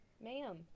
ma'am